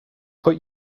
put